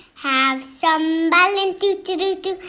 have some melon. doo doo doo doo